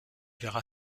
verra